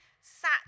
sat